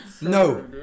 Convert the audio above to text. No